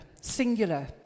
singular